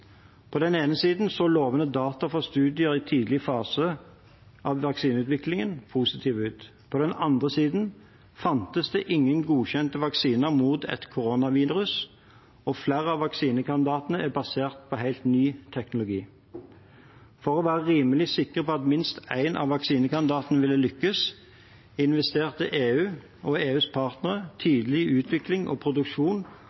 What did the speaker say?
På den ene siden så lovende data fra studier i tidlig fase av vaksineutviklingen positive ut. På den andre siden fantes det ingen godkjente vaksiner mot et koronavirus, og flere av vaksinekandidatene er basert på helt ny teknologi. For å være rimelig sikre på at minst en av vaksinekandidatene ville lykkes, investerte EU og EUs partnere